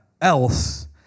else